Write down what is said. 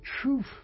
truth